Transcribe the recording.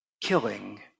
killing